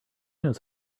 knows